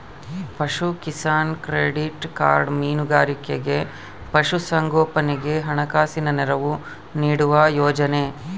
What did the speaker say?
ಪಶುಕಿಸಾನ್ credit card ಮೀನುಗಾರರಿಗೆ ಪಶು ಸಂಗೋಪನೆಗೆ ಹಣಕಾಸಿನ ನೆರವು ನೀಡುವ ಯೋಜನೆ